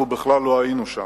אנחנו בכלל לא היינו שם.